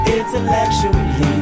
intellectually